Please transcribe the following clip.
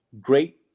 great